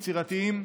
יצירתיים,